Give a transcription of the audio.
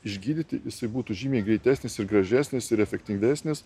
išgydyti jisai būtų žymiai greitesnis ir gražesnis ir efektyvesnis